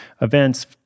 events